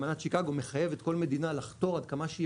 אמנת שיקאגו מחייבת כל מדינה לחתור עד כמה שהיא